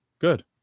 Good